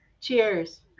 cheers